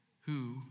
Who